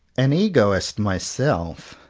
an egoist myself,